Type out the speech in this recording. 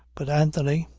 but anthony,